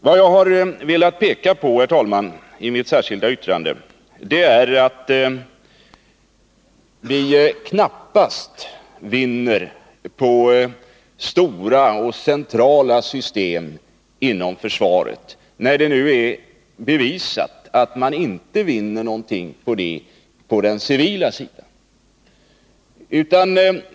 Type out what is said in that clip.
Vad jag, herr talman, i mitt särskilda yttrande har velat peka på är att vi inom försvaret knappast vinner på stora och centrala system, när det nu är bevisat att man inte vinner någonting på sådana på den civila sidan.